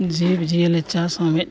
ᱡᱤᱵᱽᱼᱡᱤᱭᱟᱹᱞᱤ ᱪᱟᱥ ᱦᱚᱸ ᱢᱤᱫ